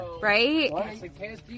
right